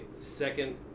second